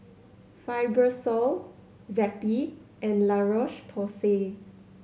Fibrosol Zappy and La Roche Porsay